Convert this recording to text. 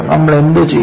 നമ്മൾ എന്ത് ചെയ്യും